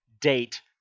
date